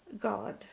God